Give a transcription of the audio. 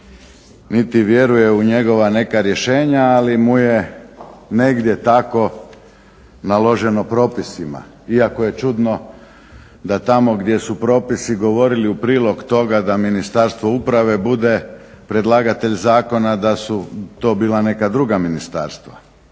niti vjeruje u njegova neka rješenja, ali mu je negdje tako naloženo propisima. Iako je čudno da tamo gdje su propisi govorili u prilog toga da Ministarstvo uprave bude predlagatelj zakona, da su to bila neka druga ministarstva.